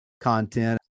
content